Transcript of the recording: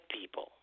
people